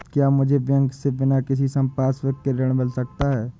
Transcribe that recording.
क्या मुझे बैंक से बिना किसी संपार्श्विक के ऋण मिल सकता है?